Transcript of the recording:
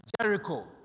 Jericho